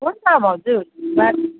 हुन्छ भाउजू